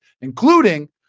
including